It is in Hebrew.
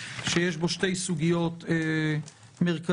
שיש בה שתי סוגיות מרכזיות.